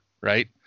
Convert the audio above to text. Right